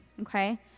okay